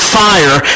fire